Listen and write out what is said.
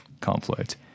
conflict